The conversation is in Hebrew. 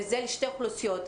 וזה לשתי אוכלוסיות,